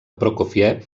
prokófiev